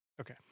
okay